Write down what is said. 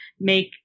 make